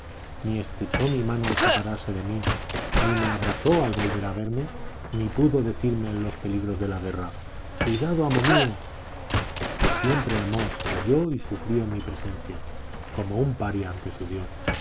ni estrechó mi mano al separarse de mí ni me abrazó al volver a verme ni pudo decirme en los peligros de la guerra cuidado amo mío que siempre amó calló y sufrió en mi presencia como un paria ante su dios